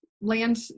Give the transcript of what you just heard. land